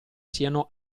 siano